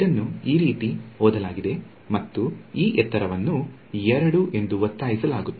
ಇದನ್ನು ಈ ರೀತಿ ಓದಲಾಗಿದೆ ಮತ್ತು ಈ ಎತ್ತರವನ್ನು 2 ಎಂದು ಒತ್ತಾಯಿಸಲಾಗುತ್ತಿದೆ